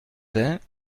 vingt